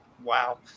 Wow